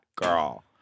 girl